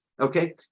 Okay